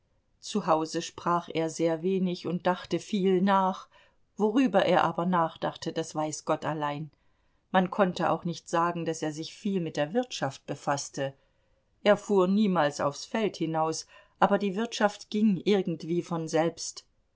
hause sprach er sehr wenig und dachte viel nach worüber er aber nachdachte das weiß gott allein man konnte auch nicht sagen daß er sich viel mit der wirtschaft befaßte er fuhr niemals aufs feld hinaus aber die wirtschaft ging irgendwie von selbst